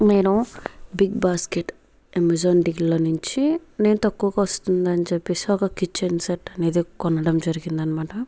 నేను big basket Amazon డీల్లో నుంచి నేను తక్కువకు వస్తుందని చెప్పేసి ఒక కిచెన్ సెట్ అనేది కొనడం జరిగింది అన్నమాట